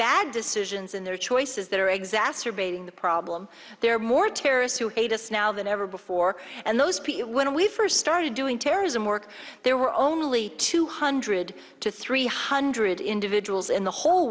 bad decisions in their choices that are exacerbating the problem there are more terrorists who hate us now than ever before and those people when we first started doing terrorism work there were only two hundred to three hundred individuals in the whole